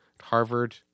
Harvard